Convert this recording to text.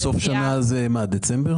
סוף שנה זה דצמבר?